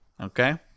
okay